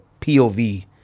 POV